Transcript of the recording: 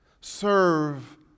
Serve